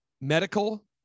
medical